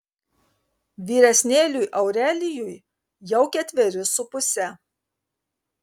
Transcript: vyresnėliui aurelijui jau ketveri su puse